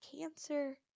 cancer